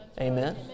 Amen